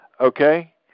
okay